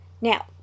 Now